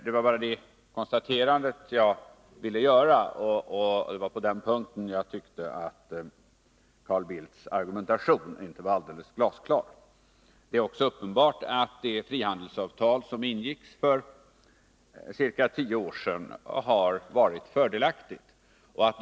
Det var bara det konstaterandet jag ville göra, och det var på den punkten som jag tyckte att Carl Bildts argumentation inte var helt glasklar. Det är också uppenbart att det frihandelsavtal som ingicks för ca tio år sedan har varit fördelaktigt.